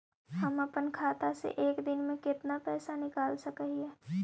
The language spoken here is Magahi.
हम अपन खाता से एक दिन में कितना पैसा निकाल सक हिय?